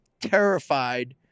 terrified